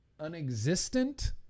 unexistent